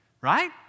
right